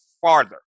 farther